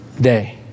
day